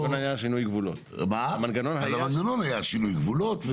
המנגנון היה שינוי גבולות.